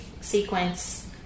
sequence